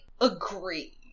agree